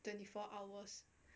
twenty four hours